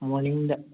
ꯃꯣꯔꯅꯤꯡꯗ